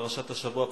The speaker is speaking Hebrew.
פרשת השבוע,